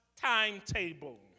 timetable